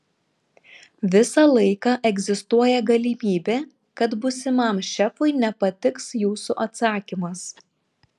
visą laiką egzistuoja galimybė kad būsimam šefui nepatiks jūsų atsakymas